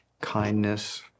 kindness